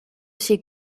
ces